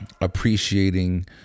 appreciating